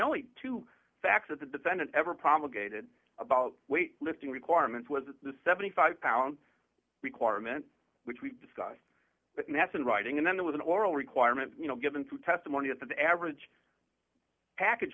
only two facts that the defendant ever promulgated about weight lifting requirements was the seventy five dollars pound requirement which we've discussed but nessun writing and then there was an oral requirement you know given to testimony that the average package